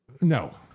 No